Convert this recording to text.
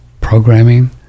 programming